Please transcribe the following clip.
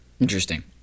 Interesting